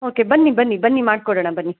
okay ಬನ್ನಿ ಬನ್ನಿ ಬನ್ನಿ ಮಾಡಿಕೊಡೋಣ ಬನ್ನಿ